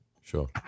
sure